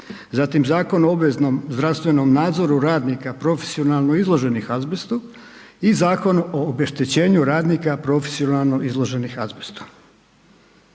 zatim Zakon o obveznom zdravstvenom nadzoru radnika profesionalno izloženih azbestu i Zakon o obeštećenju radnika profesionalno izloženih azbestu.